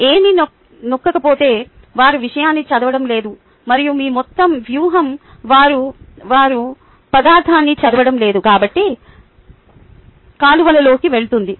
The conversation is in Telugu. ఏమీ నొక్కకపోతే వారు విషయాన్ని చదవడం లేదు మరియు మీ మొత్తం వ్యూహం వారు పదార్థాన్ని చదవడం లేదు కాబట్టి కాలువలోకి వెళుతుంది